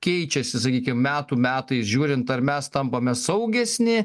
keičiasi sakykim metų metais žiūrint ar mes tampame saugesni